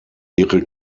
ihre